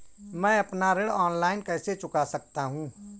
मैं अपना ऋण ऑनलाइन कैसे चुका सकता हूँ?